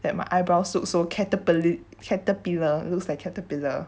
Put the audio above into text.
that my eyebrows looked so caterpill~ caterpillar looks like caterpillar